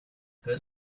good